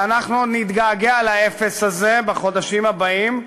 ואנחנו נתגעגע לאפס הזה בחודשים הבאים,